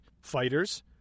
fighters